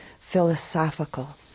philosophical